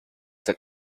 that